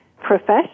profession